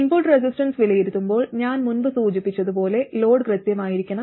input resistance വിലയിരുത്തുമ്പോൾ ഞാൻ മുമ്പ് സൂചിപ്പിച്ചതുപോലെ ലോഡ് കൃത്യമായിരിക്കണം